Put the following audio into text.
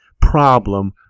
problem